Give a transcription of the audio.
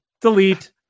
Delete